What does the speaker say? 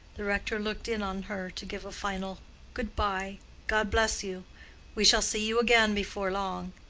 the rector looked in on her to give a final good-bye god bless you we shall see you again before long,